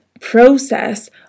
process